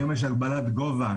היום יש הגבלת גובה.